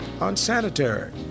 unsanitary